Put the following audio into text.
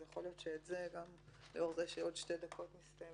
אז יכול להיות שגם לאור זה שבעוד שתי דקות הדיון מסתיים